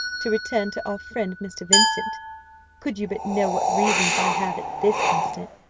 to return to our friend mr. vincent could you but know what reasons i have, at this instant,